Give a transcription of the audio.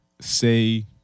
say